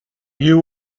you